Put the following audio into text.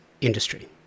industry